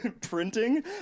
printing